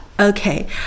Okay